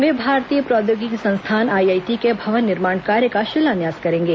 वे भारतीय प्रौद्योगिकी संस्थान आईआईटी के भवन निर्माण कार्य का शिलान्यास करेंगे